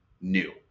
new